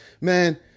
Man